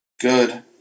good